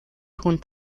хүнд